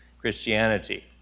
Christianity